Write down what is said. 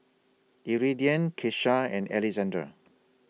Iridian Kesha and Alexandr